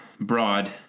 broad